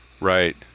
Right